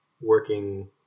working